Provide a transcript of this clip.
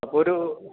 അപ്പോൾ ഒരു